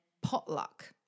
potluck